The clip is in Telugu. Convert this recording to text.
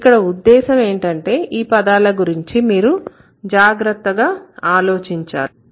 ఇక్కడ ఉద్దేశం ఏంటంటే ఈ పదాల గురించి మీరు చాలా జాగ్రత్తగా ఆలోచించాలి